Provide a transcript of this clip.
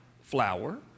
flour